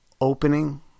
opening